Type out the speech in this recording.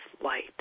light